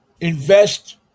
invest